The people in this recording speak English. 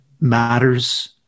matters